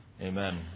Amen